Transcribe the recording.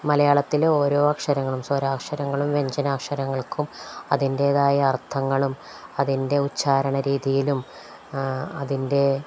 മലയാളത്തിലെ ഓരോ അക്ഷരങ്ങളും സ്വരാക്ഷരങ്ങളും വ്യഞ്ജനാക്ഷരങ്ങൾക്കും അതിൻറ്റേതായ അർത്ഥങ്ങളും അതിൻ്റെ ഉച്ചാരണ രീതിയിലും അതിൻ്റെ